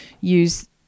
use